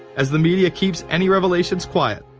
as the media keeps any revelations quiet.